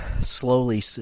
slowly